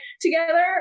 together